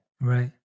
Right